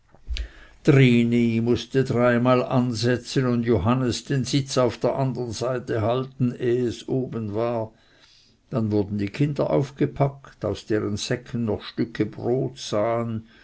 trini mußte dreimal ansetzen und johannes den sitz auf der andern seite halten ehe es oben war dann wurden die kinder aufgepackt aus deren säcken noch stücke brot sahen